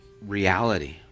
reality